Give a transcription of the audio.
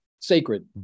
sacred